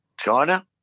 China